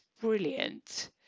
brilliant